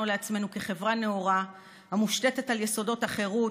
לעצמנו כחברה נאורה "המושתתת על יסודות החירות,